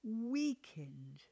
weakened